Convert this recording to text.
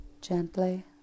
gently